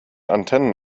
antennen